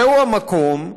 זהו המקום,